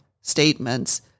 statements